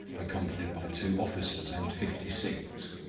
accompanied by two officers and fifty sikhs.